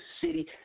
city